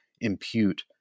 impute